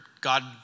God